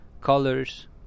colors